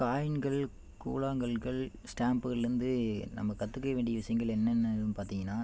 காயின்கள் கூழாங்கல்கள் ஸ்டாம்புகள்லயிருந்து நம்ம கற்றுக்க வேண்டிய விஷயங்கள் என்னென்னன்னு பார்த்திங்கனா